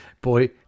Boy